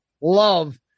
love